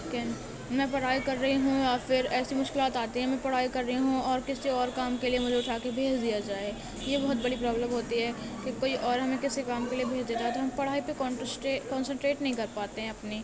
کہ میں پرھائی کر رہی ہوں یا پھر ایسی مشکلات آتی ہیں میں پڑھائی کر رہی ہوں اور کسی اور کام کے لیے مجھے اٹھا کے بھیج دیا جائے یہ بہت بڑی پرابلم ہوتی ہے کہ کوئی اور ہمیں کسی کام کے لیے بھیج دیتا ہے تو ہم پڑھائی پہ کونسنٹیٹ نہیں کر پاتے ہیں اپنی